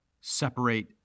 separate